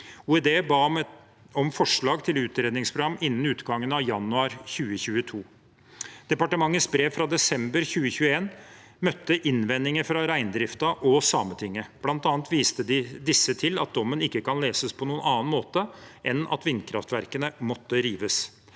OED ba om forslag til utredningsprogram innen utgangen av januar 2022. Departementets brev fra desember 2021 møtte innvendinger fra reindriften og Sametinget. Blant annet viste disse til at dommen ikke kan leses på noen annen måte enn at vindkraftverkene måtte rives.